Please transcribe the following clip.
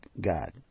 God